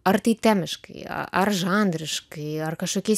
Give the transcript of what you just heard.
ar tai temiškai ar žanriškai ar kažkokiais